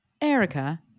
Erica